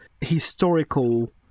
historical